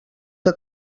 que